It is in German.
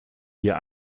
hier